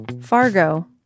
Fargo